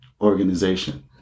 organization